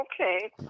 Okay